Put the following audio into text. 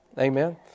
Amen